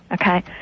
okay